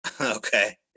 okay